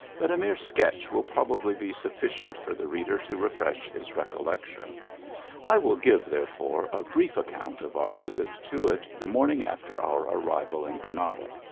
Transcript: that a mere sketch will probably be sufficient for the reader to refresh his recollection i will give, therefore, a brief account of our visit to it the morning after our arrival in granada.